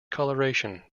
coloration